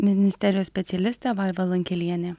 ministerijos specialistė vaiva lankelienė